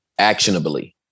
actionably